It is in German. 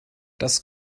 das